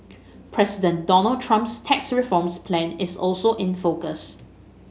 President Donald Trump's tax reforms plan is also in focus